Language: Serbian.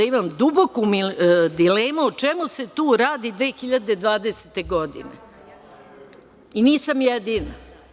Imam duboku dilemu o čemu se tu radi 2020. godine i nisam jedina.